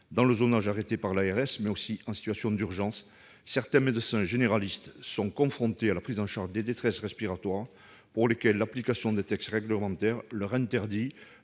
difficulté d'accès aux soins, mais aussi en situation d'urgence, certains médecins généralistes sont confrontés à la prise en charge des détresses respiratoires pour lesquelles l'application des textes réglementaires leur interdit